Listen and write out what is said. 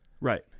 right